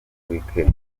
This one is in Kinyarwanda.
weekend